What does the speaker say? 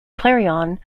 clarion